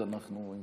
אז אם כן זה בסדר.